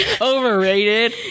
Overrated